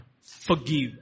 forgive